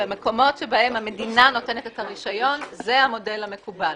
במקומות שבהם המדינה נותנת את הרישיון זה המודל המקובל.